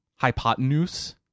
hypotenuse